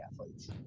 athletes